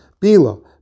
Bila